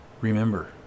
remember